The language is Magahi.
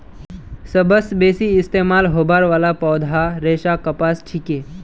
सबस बेसी इस्तमाल होबार वाला पौधार रेशा कपास छिके